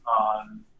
on